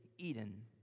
Eden